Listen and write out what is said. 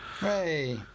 Hey